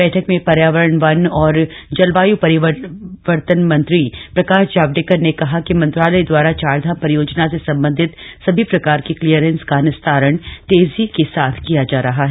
बैठक में पर्यावरण वन और जलवाय् परिवर्तन मंत्री प्रकाश जावड़ेकर ने कहा कि मंत्रालय द्वारा चारधाम परियोजना से सम्बन्धित सभी प्रकार की क्लीयरेंस का निस्तारण तेजी के साथ किया जा रहा है